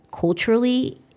culturally